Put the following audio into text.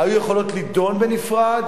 גברתי היושבת-ראש,